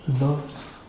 loves